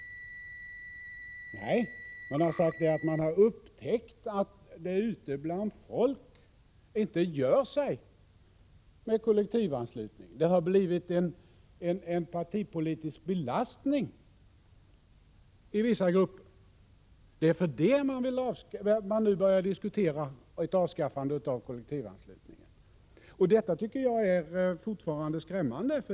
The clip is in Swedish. Nej, man har sagt att man har upptäckt att det ute bland folket inte gör sig med kollektivanslutning — den har blivit en partipolitisk belastning i vissa grupper. Det är därför som man nu börjar diskutera ett avskaffande av kollektivanslutningen. Detta tycker jag är skrämmande.